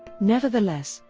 nevertheless,